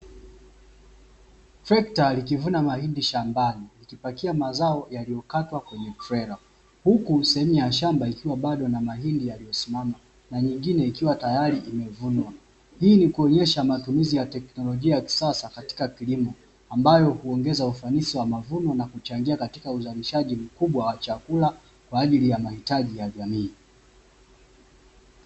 Trekta likivuna mahindi shambani ikipakia mazao yaliyokatwa kwenye trela, huku sehemu ya shamba ikiwa bado na mahindi yaliyosimama na nyingine ikiwa tayari imevunwa, hii ni kuonyesha matumizi ya teknolojia ya kisasa katika kilimo ambayo huongeza ufanisi wa mavuno na kuchangia katika uzalishaji mkubwa wa chakula kwaajili ya mahitaji ya jamii.